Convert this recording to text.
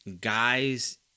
Guys